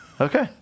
Okay